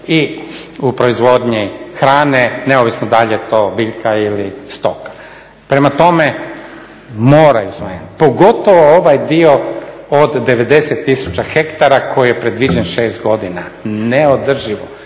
i u proizvodnji hrane, neovisno da li je to biljka ili stoka. Prema tome, … pogotovo ovaj dio od 90 000 hektara koji je predviđen 6 godina. Neodrživo.